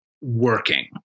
working